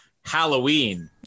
Halloween